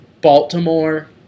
Baltimore